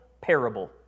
parable